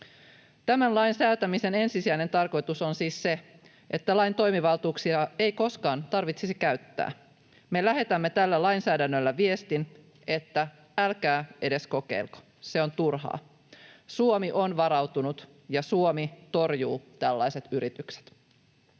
Tämän lain säätämisen ensisijainen tarkoitus on siis se, että lain toimivaltuuksia ei koskaan tarvitsisi käyttää. Me lähetämme tällä lainsäädännöllä viestin, että älkää edes kokeilko, se on turhaa. Suomi on varautunut, ja Suomi torjuu tällaiset yritykset.